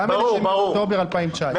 גם אלה של אוקטובר 2019. ברור.